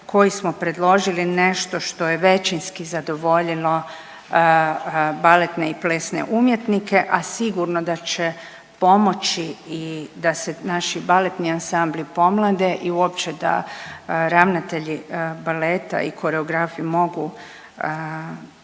koji smo predložili nešto što je većinski zadovoljilo baletne i plesne umjetnike, a sigurno da će pomoći i da se naši baletni ansambli pomlade i uopće da ravnatelji baleta i koreografi mogu